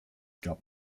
gab